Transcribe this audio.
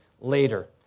later